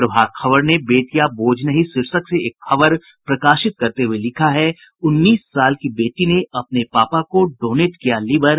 प्रभात खबर ने बेटियां बोझ नहीं शीर्षक से एक खबर प्रकाशित करते हुये लिखा है उन्नीस साल की बेटी ने अपने पापा को डोनेट किया लीवर